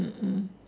mm mm